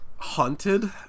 Haunted